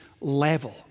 level